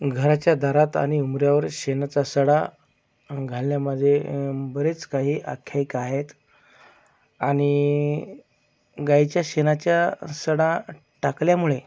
घराच्या दारात आणि उंबऱ्यावर शेणाचा सडा घालण्यामधे बरेच काही आख्यायिका आहेत आणि गायीच्या शेणाचा सडा टाकल्यामुळे